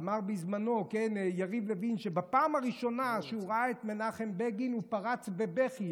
אמר בזמנו יריב לוין שבפעם הראשונה שהוא ראה את מנחם בגין הוא פרץ בבכי.